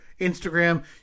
Instagram